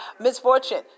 misfortune